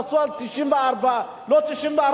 תעשו על 94. לא 94,